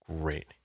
great